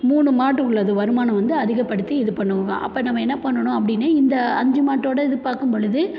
மூணு மாடு உள்ளது வருமானம் வந்து அதிகப்படுத்தி இது பண்ணுவாங்க அப்போ நம்ம என்ன பண்ணணும் அப்படினு இந்த அஞ்சு மாட்டோடு இது பார்க்கும்பொழுது